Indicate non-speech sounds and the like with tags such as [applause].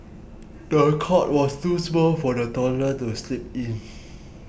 [noise] the cot was too small for the toddler to sleep in